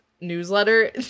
newsletter